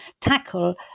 tackle